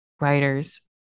writers